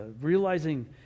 realizing